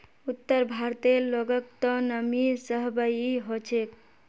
उत्तर भारतेर लोगक त नमी सहबइ ह छेक